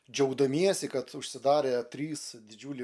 džiaugdamiesi kad užsidarė trys didžiuliai